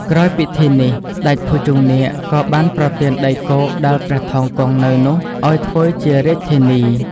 ក្រោយពិធីនេះ ស្ដេចភុជង្គនាគក៏បានប្រទានដីគោកដែលព្រះថោងគង់នៅនោះ ឲ្យធ្វើជារាជធានី។